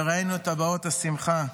וראינו את הבעות השמחה.